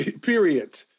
period